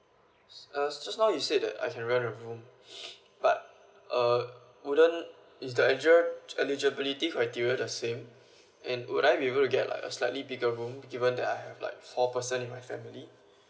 uh just now you said that I can rent a room but uh wouldn't is the egi~ eligibility criteria the same and would I be able to get like a slightly bigger room given that I have like four person in my family